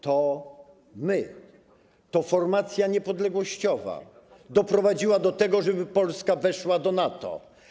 To my, to formacja niepodległościowa doprowadziła do tego, że Polska weszła do NATO.